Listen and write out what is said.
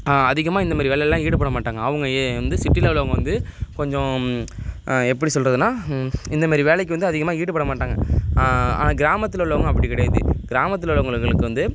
அதிகமாக இந்தமாரி வேலைலாம் ஈடுபட மாட்டாங்க அவங்க ஏ வந்து சிட்டியில உள்ளவங்க வந்து கொஞ்சம் எப்படி சொல்கிறதுன்னா இந்தமாரி வேலைக்கு வந்து அதிகமாக ஈடுப்பட மாட்டாங்க ஆனால் கிராமத்தில் உள்ளவங்க அப்படி கிடையாது கிராமத்தில் உள்ளவங்களுக்களுக்கு வந்து